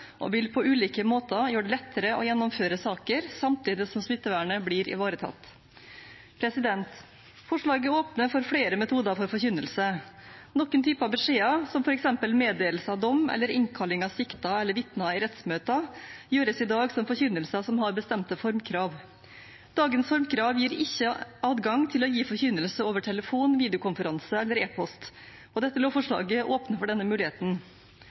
og vil på ulike måter gjøre det lettere å gjennomføre saker, samtidig som smittevernet blir ivaretatt. Forslaget åpner for flere metoder for forkynnelse. Noen typer beskjeder, som f.eks. meddelelse av dom eller innkalling av siktede eller vitner til rettsmøter, gjøres i dag som forkynnelser som har bestemte formkrav. Dagens formkrav gir ikke adgang til å gi forkynnelse over telefon, videokonferanse eller e-post. Dette lovforslaget åpner for denne muligheten.